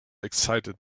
excited